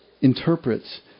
interprets